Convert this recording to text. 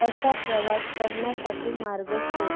असा प्रवास करण्यासाठी मार्ग शोध